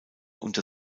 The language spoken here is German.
unter